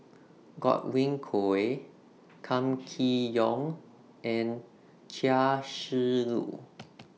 Godwin Koay Kam Kee Yong and Chia Shi Lu